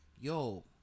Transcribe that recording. Yo